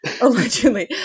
allegedly